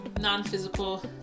non-physical